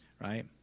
right